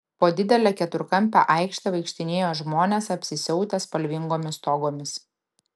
po didelę keturkampę aikštę vaikštinėjo žmonės apsisiautę spalvingomis togomis